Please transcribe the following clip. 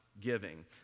giving